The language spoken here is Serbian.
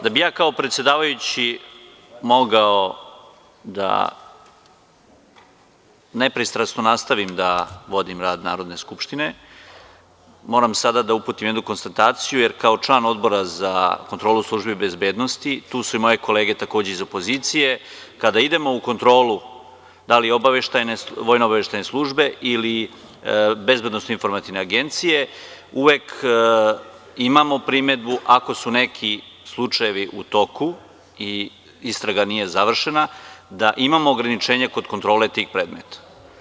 Da bih ja kao predsedavajući mogao da nepristrasno nastavim da vodim rad Narodne skupštine, moram sada da uputim jednu konstataciju, jer kao član Odbora za kontrolu službi bezbednosti, a tu su i moje kolege iz opozicije, kada idemo u kontrolu da li vojno-obaveštajne službe ili BIA, uvek imamo primedbu ako su neki slučajevi u toku i istraga nije završena, da imamo ograničenja kod kontrole tih predmeta.